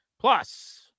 Plus